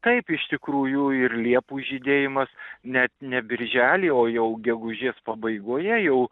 taip iš tikrųjų ir liepų žydėjimas net ne birželį o jau gegužės pabaigoje jau